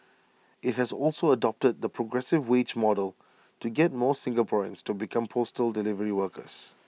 IT has also adopted the progressive wage model to get more Singaporeans to become postal delivery workers